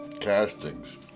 castings